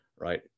right